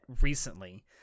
recently